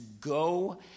go